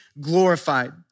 glorified